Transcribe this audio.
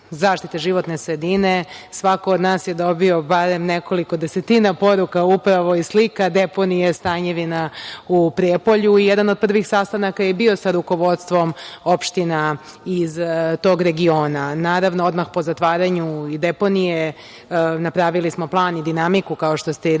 zaštite životne sredine, svako od nas je dobio barem nekoliko desetina poruka, upravo i slika deponije „Stanjevina“ u Prijepolju i jedan od prvih sastanaka je bio sa rukovodstvom opština iz tog regiona. Naravno, odmah po zatvaranju deponije napravili smo plan i dinamiku, kao što ste i